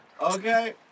Okay